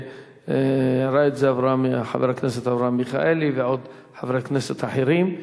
אמר את זה חבר הכנסת אברהם מיכאלי וחברי כנסת אחרים,